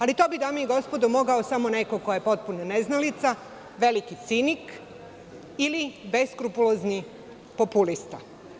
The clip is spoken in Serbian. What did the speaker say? Ali, to bi, dame i gospodo, mogao samo neko ko je potpuni neznalica, veliki cinik ili beskrupulozni populista.